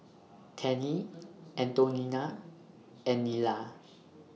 Tennie Antonina and Nila